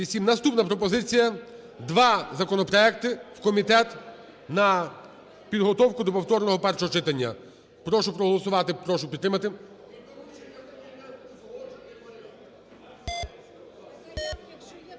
Наступна пропозиція: два законопроекти в комітет на підготовку до повторного першого читання. Прошу проголосувати. Прошу підтримати.